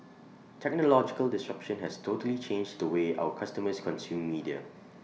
technological disruption has totally changed the way our customers consume media